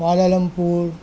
Kuala Lumpur